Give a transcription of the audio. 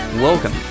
Welcome